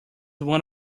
one